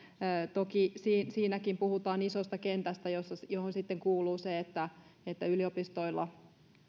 toki siinäkin puhutaan isosta kentästä johon sitten kuuluu se että että yliopistoilla